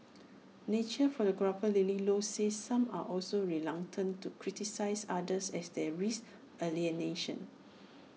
nature photographer lily low said some are also reluctant to criticise others as they risk alienation